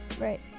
Right